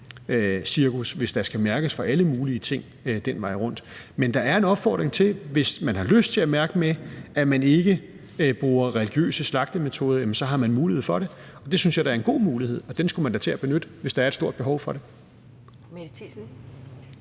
hvis der skal mærkes for alle mulige ting den vej rundt. Men der er en opfordring til, at man, hvis man har lyst til at mærke med, at man ikke bruger religiøse slagtemetoder, så har mulighed for det. Det synes jeg da er en god mulighed, og den skulle man da tage at benytte, hvis der er et stort behov for det.